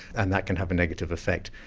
and that can have a negative effect.